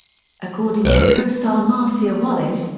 according to co-star marcia wallace,